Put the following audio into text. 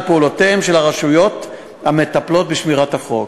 פעולותיהן של הרשויות המטפלות בשמירת החוק.